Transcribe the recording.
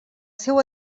seu